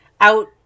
out